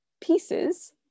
pieces